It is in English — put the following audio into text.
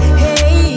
hey